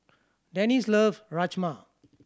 Dennis love Rajma